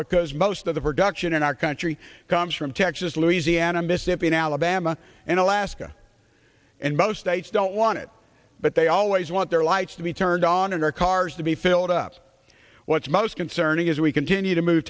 because most of the production in our country comes from texas louisiana mississippi and alabama and alaska and most states don't want it but they always want their lights to be turned on and our cars to be filled up what's most concerning is we continue to move